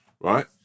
right